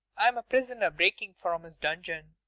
i'm a prisoner breaking from his dungeon,